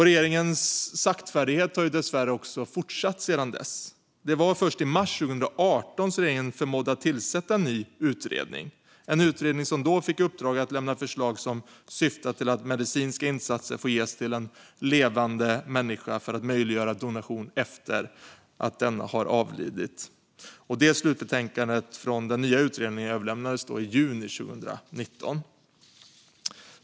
Regeringens saktfärdighet har dessvärre också fortsatt sedan dess. Det var först i mars 2018 som regeringen förmådde att tillsätta en ny utredning, en utredning som då fick i uppdrag att lämna förslag som syftade till att medicinska insatser skulle få ges till en levande människa för att möjliggöra donation efter att denna avlidit. Slutbetänkandet från denna nya utredning överlämnades i juni 2019.